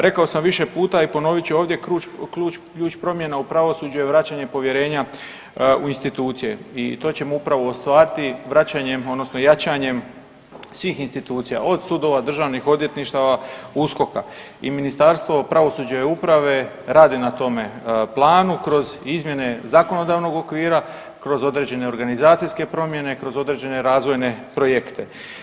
Rekao sam više puta i ponovit ću ovdje, ključ promjena u pravosuđu je vraćanje povjerenja u institucije i to ćemo upravo ostvariti vraćanjem, odnosno jačanjem svih institucija, od sudova, državnih odvjetništava, USKOK-a i Ministarstvo pravosuđa i uprave radi na tome planu kroz izmjene zakonodavnog okvira, kroz određene organizacijske promjene, kroz određene razvojne projekte.